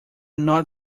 not